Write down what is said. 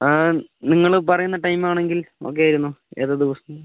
നിങ്ങൾ പറയുന്ന ടൈമാണെങ്കിൽ ഓക്കെ ആയിരുന്നു ഏതാ ദിവസം